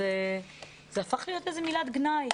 זה הפך להיות איזו מילת גנאי,